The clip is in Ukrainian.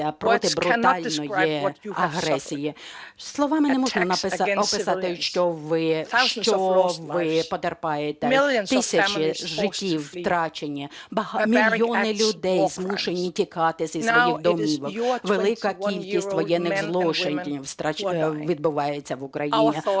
Словами не можна описати, що ви потерпаєте. Тисячі життів втрачені. Мільйони людей змушені тікати зі своїх домівок. Велика кількість воєнних злочинів відбувається в Україні.